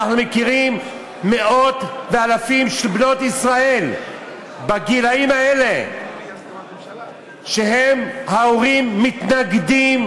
אנחנו מכירים מאות ואלפים של בנות ישראל בגילים האלה שההורים מתנגדים,